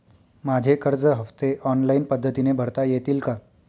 माझे कर्ज हफ्ते ऑनलाईन पद्धतीने भरता येतील का?